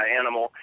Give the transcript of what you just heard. animal